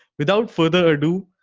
without further ado,